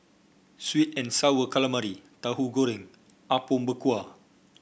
sweet and sour calamari Tahu Goreng Apom Berkuah